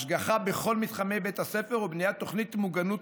השגחה בכל מתחמי בית הספר ובניית תוכנית מוגנות